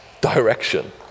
direction